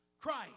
Christ